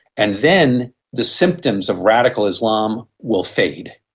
and then the symptoms of radical islam will fade.